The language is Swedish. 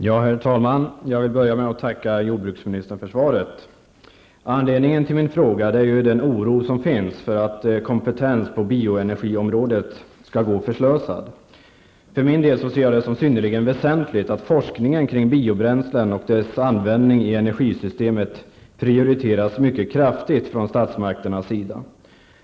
Herr talman! Jag vill börja med att tacka jordbruksministern för svaret. Anledningen till min fråga är den oro som finns för att kompetens på bioenergiområdet skall gå förslösad. Jag ser det som synnerligen väsentligt att forskningen kring biobränslen och deras användning i energisystemet prioriteras mycket kraftigt från statsmakternas sida.